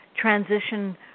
transition